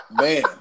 Man